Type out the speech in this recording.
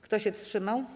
Kto się wstrzymał?